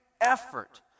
effort